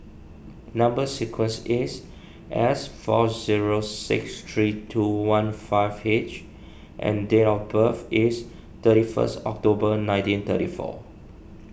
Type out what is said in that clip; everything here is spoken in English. Number Sequence is S four zero six three two one five H and date of birth is thirty first October nineteen thirty four